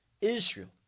Israel